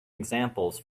examples